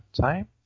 time